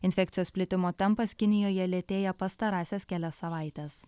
infekcijos plitimo tempas kinijoje lėtėja pastarąsias kelias savaites